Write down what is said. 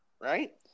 right